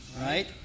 right